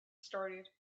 started